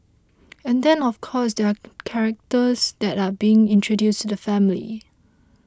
and then of course there are characters that are being introduced to the family